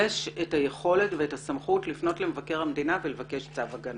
יש את היכולת ואת הסמכות לפנות למבקר המדינה ולבקש צו הגנה.